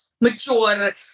mature